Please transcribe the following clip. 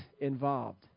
involved